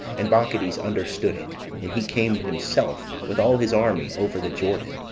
and bacchides understood it, and he came himself, with all his army, over the jordan,